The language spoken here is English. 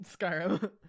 Skyrim